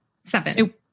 Seven